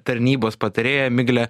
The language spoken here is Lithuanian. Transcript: tarnybos patarėja miglė